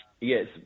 yes